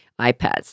iPads